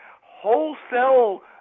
Wholesale